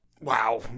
Wow